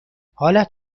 حالت